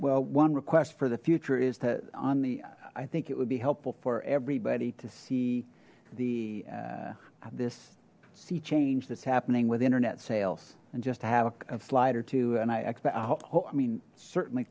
well one request for the future is that on the i think it would be helpful for everybody to see the this sea change that's happening with internet sales and just to have a slide or two and i expect i mean certainly